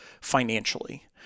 Financially